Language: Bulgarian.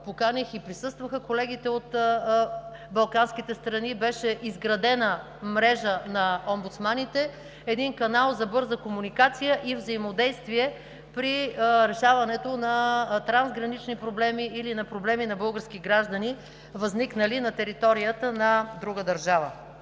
поканих и присъстваха колегите от балканските страни. Беше изградена мрежа на омбудсманите – един канал за бърза комуникация и взаимодействие при решаването на трансгранични проблеми или на проблеми на български граждани, възникнали на територията на друга държава.